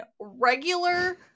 regular